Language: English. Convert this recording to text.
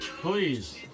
Please